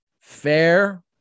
Fair